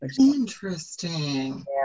Interesting